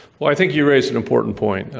well, i think you raise an important point.